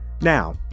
Now